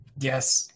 Yes